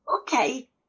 okay